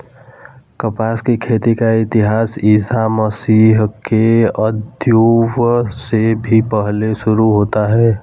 कपास की खेती का इतिहास ईसा मसीह के उद्भव से भी पहले शुरू होता है